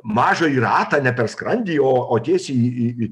mažąjį ratą ne per skrandį o o tiesiai į į į